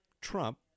trump